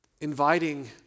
inviting